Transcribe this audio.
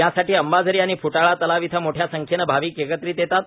यासाठी अंबाझरी आणि फुटाळा तलाव इथं मोठ्या संख्येनं भाविक एकत्रित येतात